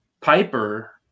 Piper